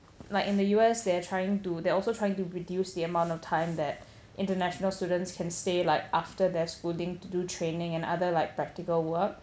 like in the U_S they're trying to they're also trying to reduce the amount of time that international students can stay like after their school to do training and other like practical work